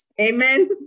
Amen